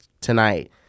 tonight